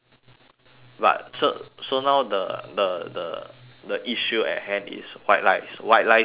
but so so now the the the the issue at hand is white lies white lies is wrong lah